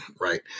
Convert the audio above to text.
right